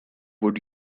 would